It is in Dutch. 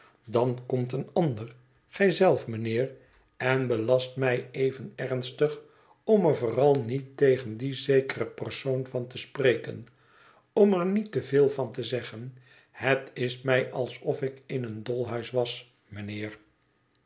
dan komt een ander gij zelf mijnheer en belast mij even ernstig om er vooral niet tegen dien zekeren persoon van te spreken om er niet te veel van te zeggen het is mij alsof ik in een dolhuis was mijnheer